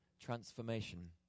transformation